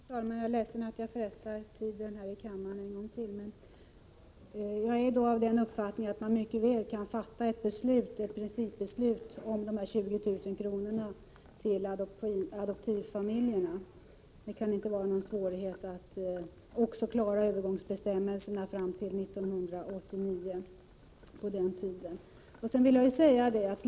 Herr talman! Jag är ledsen över att jag frestar tiden här i kammaren en gång till. Jag är emellertid av den uppfattningen att man kan fatta ett principbeslut om 20 000 kr. till adoptivfamiljerna. Det kan inte vara någon svårighet att klara av att få fram övergångsbestämmelser till 1989.